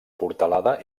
portalada